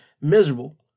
miserable